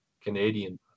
Canadian